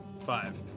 five